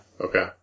Okay